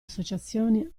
associazione